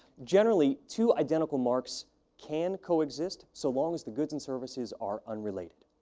generally, two identical marks can coexist, so long as the goods and services are unrelated.